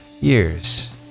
years